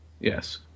Yes